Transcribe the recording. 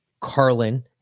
Carlin